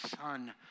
son